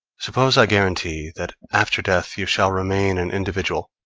suppose i guarantee that after death you shall remain an individual,